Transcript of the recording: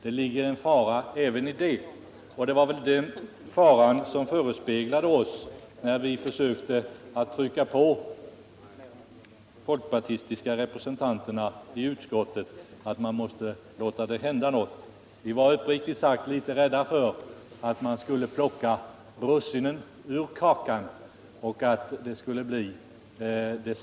Det ligger en fara även i det, och det var väl den faran som förespeglade oss när vi poängterade för folkpartirepresentanterna i utskottet att man måste låta det hända något. Vi var uppriktigt sagt litet rädda för att man skulle plocka russinen ur kakan och att det sämsta skulle bli kvar.